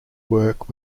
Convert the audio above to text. work